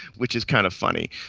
which is kind of funny.